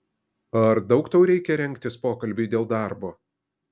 ar daug tau reikia rengtis pokalbiui dėl darbo